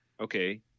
okay